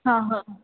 हां हां